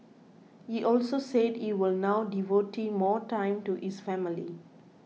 he also said he will now devote more time to his family